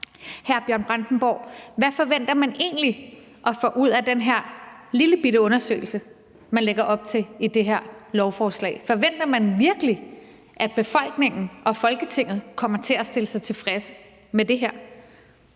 Hvad forventer man egentlig at få ud af den her lillebitte undersøgelse, man lægger op til i det her lovforslag? Forventer man virkelig, at befolkningen og Folketinget kommer til at stille sig tilfredse med det her?